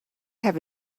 have